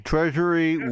Treasury